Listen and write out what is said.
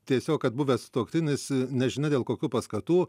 tiesiog kad buvęs sutuoktinis nežino dėl kokių paskatų